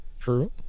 true